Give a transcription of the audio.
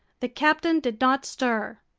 the captain did not stir.